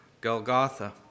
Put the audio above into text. Golgotha